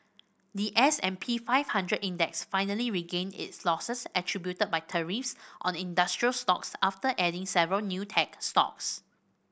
the S and P five hundred Index finally regained its losses attributed by tariffs on industrial stocks after adding several new tech stocks